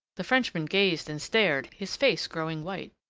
the frenchman gazed and stared, his face growing white.